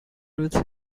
with